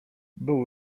było